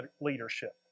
leadership